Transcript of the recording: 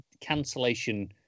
cancellation